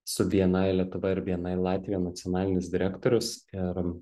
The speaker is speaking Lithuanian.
esu bni lietuva ir bni latvija nacionalinis direktorius ir